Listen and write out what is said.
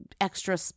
extra